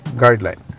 guideline